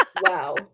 Wow